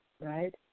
right